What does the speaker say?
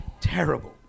terrible